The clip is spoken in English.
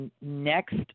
Next